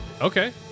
Okay